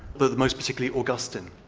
but most particularly, augustine.